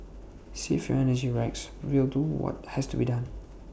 save your energy Rex we'll do what has to be done